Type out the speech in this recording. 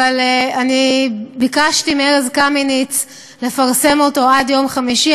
אבל אני ביקשתי מארז קמיניץ לפרסם אותו עד יום חמישי.